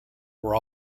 were